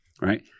right